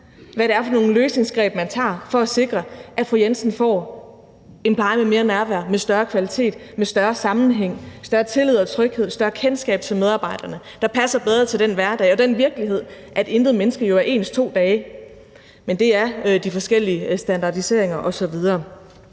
hvad det er for nogle løsningsgreb, man tager for at sikre, at fru Jensen får en pleje med mere nærvær, med større kvalitet, med større sammenhæng, større tillid og tryghed, større kendskab til medarbejderne, og som passer bedre til den hverdag og den virkelighed, at intet menneske jo er ens to dage – men det er de forskellige standardiseringer osv.